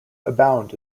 abound